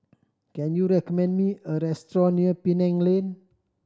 can you recommend me a restaurant near Penang Lane